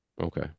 Okay